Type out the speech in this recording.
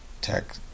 tech